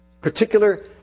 particular